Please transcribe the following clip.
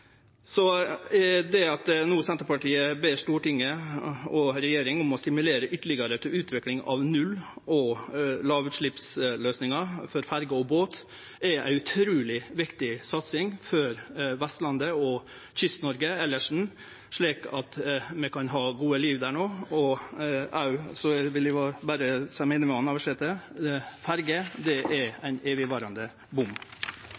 regjeringa om å stimulere ytterlegare til utvikling av null- og lågutsleppsløysingar for ferjer og båt. Det er ei utruleg viktig satsing for Vestlandet og Kyst-Noreg elles, slik at vi kan ha eit godt liv der no. Eg vil òg seie meg einig med Navarsete: Ferjer er som ein evigvarande bom.